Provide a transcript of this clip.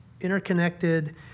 interconnected